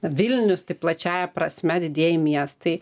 vilnius taip plačiąja prasme didieji miestai